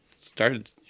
started